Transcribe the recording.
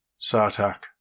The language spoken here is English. Sartak